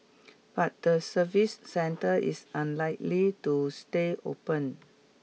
but the service centre is unlikely to stay open